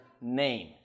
name